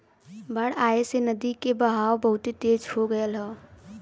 बाढ़ आये से नदी के बहाव बहुते तेज हो गयल हौ